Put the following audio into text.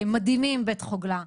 הם מדהימים בית חגלה,